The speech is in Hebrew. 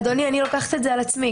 אדוני, אני לוקחת את זה על עצמי .